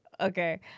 okay